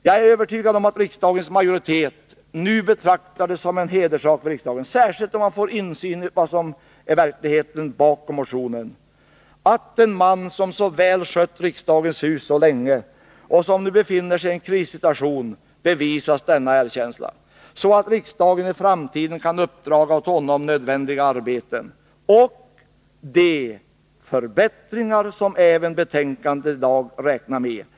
Jag är övertygad om att riksdagens majoritet nu betraktar det som en hederssak för riksdagen — särskilt om man får insyn i verkligheten bakom motionen — att den man som så väl skött riksdagens hus så länge och som nu befinner sig i en krissituation bevisas denna erkänsla, så att riksdagen i framtiden kan uppdra åt honom att utföra nödvändiga arbeten och göra de förbättringar som man även i betänkandet räknar med.